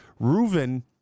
Reuven